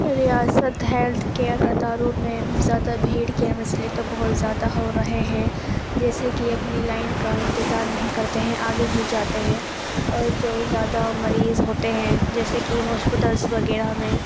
ریاست health care اداروں میں زیادہ بھیڑ کے مسئلے تو بہت زیادہ ہو رہے ہیں جیسے کہ اپنی لائن کا انتظار نہیں کرتے ہیں آگے گھس جاتے ہیں اور جو زیادہ مریض ہوتے ہیں جیسے کہ ہاسپیٹلس وغیرہ میں